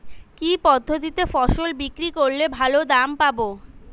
কি পদ্ধতিতে ফসল বিক্রি করলে ভালো দাম পাব?